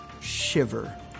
shiver